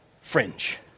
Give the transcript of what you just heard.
fringe